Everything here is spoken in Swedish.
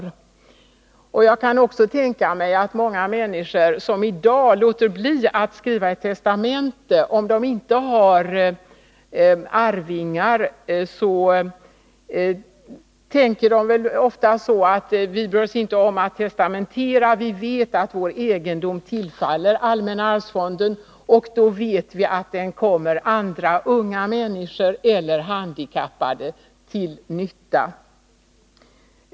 Jag kan också tänka mig att människor kommer att ändra sig när det gäller att avstå från att skriva testamente. Det är många som i dag låter bli att skriva ett testamente om de inte har arvingar. De tänker då ofta så här: Vi bryr oss inte om att testamentera. Vi vet att vår egendom tillfaller allmänna arvsfonden, och då vet vi att den kommer unga människor eller handikappade till nytta.